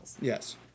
Yes